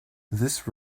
this